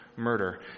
murder